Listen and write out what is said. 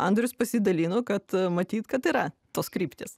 andrius pasidalino kad matyt kad yra tos kryptys